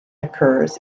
occurs